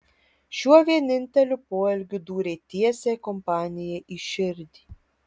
šiuo vieninteliu poelgiu dūrė tiesiai kompanijai į širdį